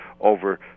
over